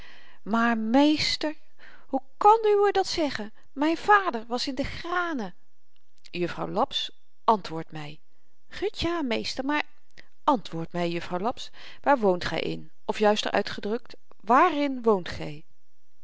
maar meester hoe kan uwé dat zeggen myn vader was in de granen juffrouw laps antwoord my gut ja meester maar antwoord my juffrouw laps waar woont gy in of juister uitgedrukt wààrin woont gy